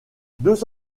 deux